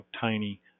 tiny